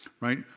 Right